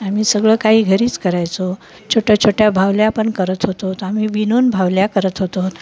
आम्ही सगळं काही घरीच करायचो छोट्या छोट्या बाहुल्या पण करत होतो आम्ही विणून बाहुल्या करत होतो